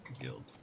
guild